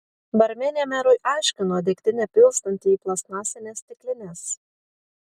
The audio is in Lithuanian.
barmenė merui aiškino degtinę pilstanti į plastmasines stiklines